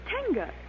Tenga